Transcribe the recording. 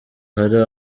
hari